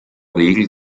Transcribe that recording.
regel